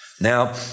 Now